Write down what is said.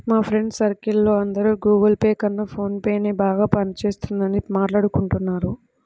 మా friends circle లో అందరూ గుగుల్ పే కన్నా ఫోన్ పేనే బాగా పని చేస్తున్నదని మాట్టాడుకుంటున్నారు